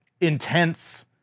intense